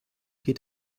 geht